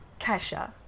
Kesha